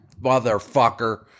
Motherfucker